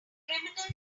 criminals